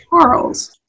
Charles